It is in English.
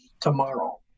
tomorrow